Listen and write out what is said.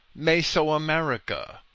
Mesoamerica